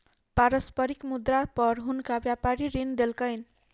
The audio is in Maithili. पारस्परिक मुद्रा पर हुनका व्यापारी ऋण देलकैन